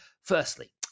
Firstly